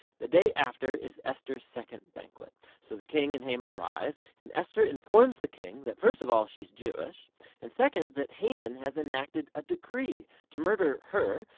the day after is esther's second banquet. so the king and haman arrive. and esther informs the king that first of all she's jewish and second that haman has enacted a decree to murder her,